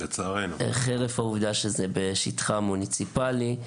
חרף העובדה שזה בשטחה המוניציפלי.